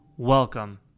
Welcome